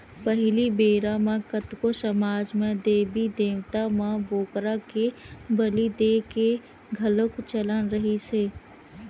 पहिली बेरा म कतको समाज म देबी देवता म बोकरा के बली देय के घलोक चलन रिहिस हे